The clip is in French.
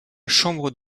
chambre